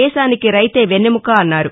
దేశానికి రైతే వెన్నెముక అన్నారు